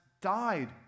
died